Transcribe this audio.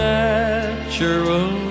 natural